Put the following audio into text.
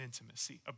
intimacy